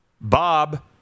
Bob